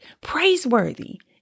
praiseworthy